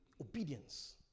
obedience